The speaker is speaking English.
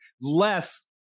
less